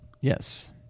Yes